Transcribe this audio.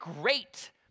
great